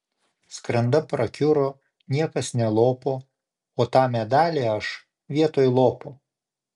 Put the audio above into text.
skranda prakiuro niekas nelopo o tą medalį aš vietoj lopo